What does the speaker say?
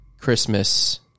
Christmas